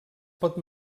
pot